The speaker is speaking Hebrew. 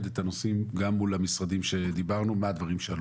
את הנושאים גם מול המשרדים שדיברנו מה הדברים שהעלו.